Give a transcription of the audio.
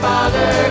Father